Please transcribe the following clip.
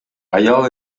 аял